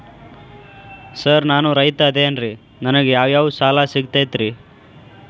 Sir ನಾನು ರೈತ ಅದೆನ್ರಿ ನನಗ ಯಾವ್ ಯಾವ್ ಸಾಲಾ ಸಿಗ್ತೈತ್ರಿ?